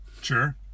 Sure